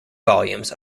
volumes